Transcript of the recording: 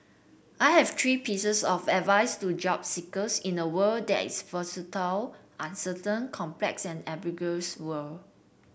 I have three pieces of advice to job seekers in a world that is uncertain complex and ambiguous world